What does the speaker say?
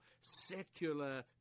secular